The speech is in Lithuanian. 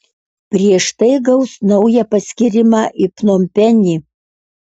prieš tai gaus naują paskyrimą į pnompenį